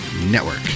network